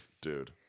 dude